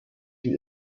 wie